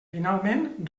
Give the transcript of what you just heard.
finalment